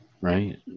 Right